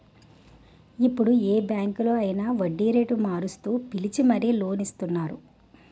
ఇప్పుడు ఏ బాంకులో అయినా వడ్డీరేటు మారుస్తూ పిలిచి మరీ లోన్ ఇస్తున్నారు